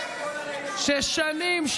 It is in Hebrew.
ששנים,